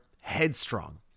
Headstrong